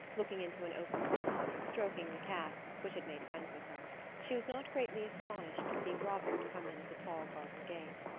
looking into an open book, stroking the cat, which had made friends with her she was not greatly astonished to see robert come in at the tall garden gate.